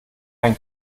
einen